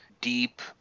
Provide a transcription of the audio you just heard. deep